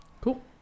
Cool